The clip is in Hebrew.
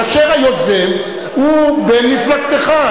כאשר היוזם הוא במפלגתך.